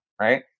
right